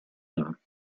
him